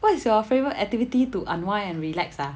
what is your favourite activity to unwind and relax ah